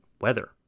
weather